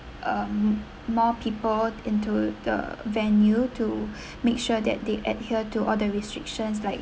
um more people into the venue to make sure that they adhere to all the restrictions like